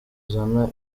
uzana